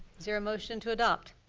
is there a motion to adopt?